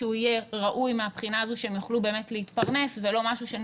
שהוא יהיה ראוי מהבחינה הזו שהם יוכלו באמת להתפרנס ולא משהו שאנחנו